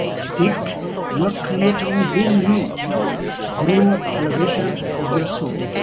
seek your creator within you through elevation of your soul,